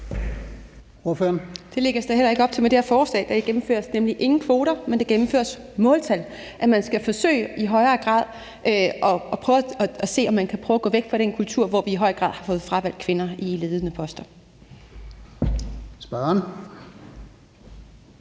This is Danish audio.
Det lægges der heller ikke op til med det her forslag. Der gennemføres nemlig ingen kvoter, men der gennemføres måltal: at man skal forsøge i højere grad at se, om man kan prøve at gå væk fra den kultur, hvor vi i høj grad har fået fravalgt kvinder på ledende poster.